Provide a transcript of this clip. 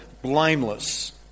Blameless